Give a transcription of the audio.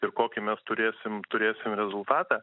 ir kokį mes turėsim turėsim rezultatą